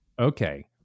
Okay